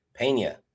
Pena